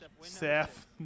Seth